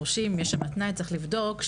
אם דורשים יש שם תנאי שצריך לבדוק,